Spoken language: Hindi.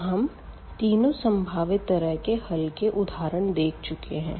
तो हम तिनो सम्भावित तरह के हल के उदाहरण देख चुके है